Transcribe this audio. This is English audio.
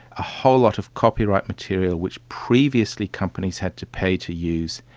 a whole lot of copyright material which previously companies had to pay to use.